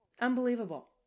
Unbelievable